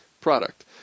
Product